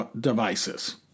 devices